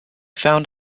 found